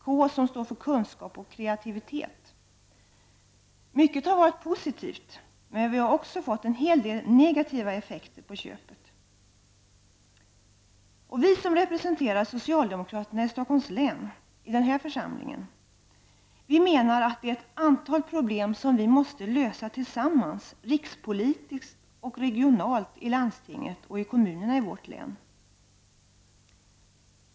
K står för kunskap och kreativitet bl.a. Mycket har varit positivt, men vi har också fått en hel del negativa effekter på köpet. Vi som representerar socialdemokraterna i Stockholms län i den här församlingen menar, att det är ett antal problem som vi måste lösa tillsammans rikspolitiskt och regionalt i landstinget och kommunerna i vårt län.